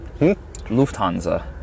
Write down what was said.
Lufthansa